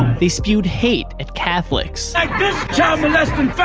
they spewed hate at catholics. like this child-molesting